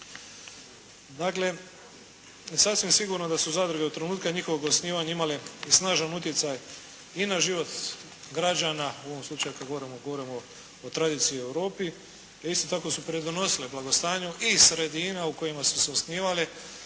Dakle sasvim sigurno da su zadruge od trenutka njihovog osnivanja imale i snažan utjecaj i na život građana u ovom slučaju kada govorimo o tradiciji u Europi, isto tako su pridonosile blagostanju i sredina u kojima su se osnivale,